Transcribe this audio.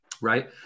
Right